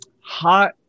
hot